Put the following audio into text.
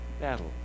battle